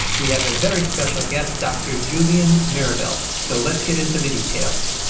we have a very special guest, dr. julien mirivel, so let's get into the details.